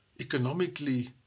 economically